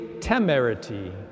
temerity